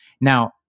Now